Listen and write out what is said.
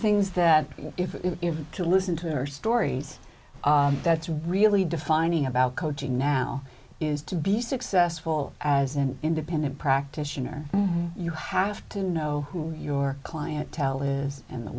things that if you to listen to our stories that's really defining about coaching now is to be successful as an independent practitioner you have to know who your clientele is and the